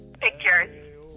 Pictures